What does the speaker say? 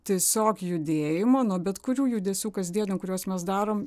tiesiog judėjimo nuo bet kurių judesių kasdienių kuriuos mes darom